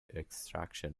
extraction